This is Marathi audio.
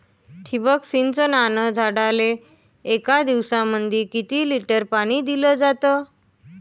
ठिबक सिंचनानं झाडाले एक दिवसामंदी किती लिटर पाणी दिलं जातं?